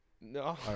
No